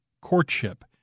courtship